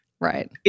Right